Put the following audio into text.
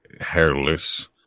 hairless